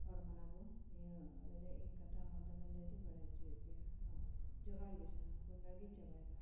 ᱦᱚᱲ ᱠᱟᱱᱟᱵᱚᱱ ᱱᱤᱭᱟᱹ ᱨᱮ ᱤᱧ ᱠᱟᱛᱷᱟ ᱢᱟᱫᱽᱫᱷᱚᱢᱤᱠ ᱞᱟᱹᱭ ᱫᱩᱧ ᱵᱟᱲᱟᱭ ᱚᱪᱚᱭᱮᱫᱮᱭᱟ ᱡᱚᱦᱟᱨ ᱜᱮ ᱥᱟᱱᱟᱢ ᱠᱚ ᱱᱚᱰᱮᱜᱤᱧ ᱪᱟᱵᱟᱭᱫᱟ